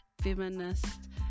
feminist